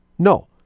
No